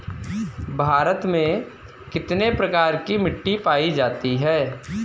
भारत में कितने प्रकार की मिट्टी पायी जाती है?